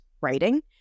writing